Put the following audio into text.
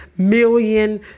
million